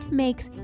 makes